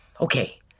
Okay